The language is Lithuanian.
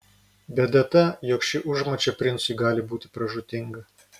bėda ta jog ši užmačia princui gali būti pražūtinga